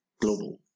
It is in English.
Global